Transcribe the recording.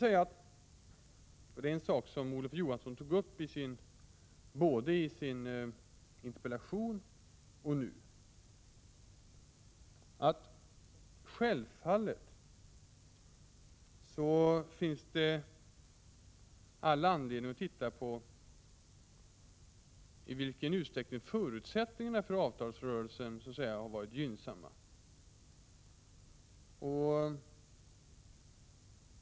Vad beträffar det som Olof Johansson tog upp både i sin interpellation och nu i debatten vill jag säga att det självfallet finns all anledning att se över i vilken utsträckning förutsättningarna för avtalsrörelsen har varit gynnsamma.